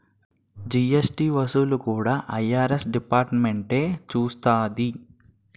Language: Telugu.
జీఎస్టీ వసూళ్లు కూడా ఐ.ఆర్.ఎస్ డిపార్ట్మెంటే చూస్తాది